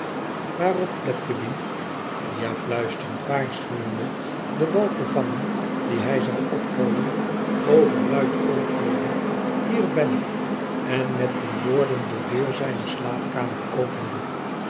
waarop fledgeby riah fluisterend waarschuwende den bal te vangen dien hij zou opgooien overluid antwoordde hier ben ik en met die woorden de deur zijner slaapkamer opende